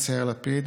יאיר לפיד,